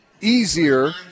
easier